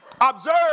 Observe